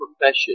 profession